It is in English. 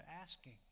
asking